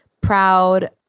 proud